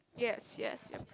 yes yes yes